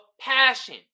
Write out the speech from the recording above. passion